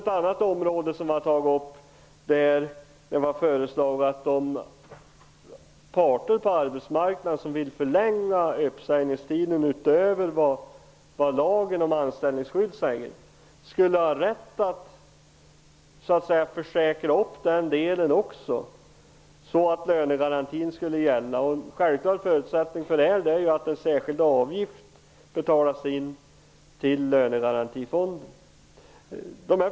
Ett annat förslag är att parter på arbetsmarknaden som vill förlänga uppsägningstiden utöver vad lagen om anställningsskydd säger, skall ha rätt att försäkra den delen så att lönegarantin skall gälla. En självklar förutsättning för detta är att en särskild avgift betalas in till lönegarantifonden.